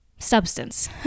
substance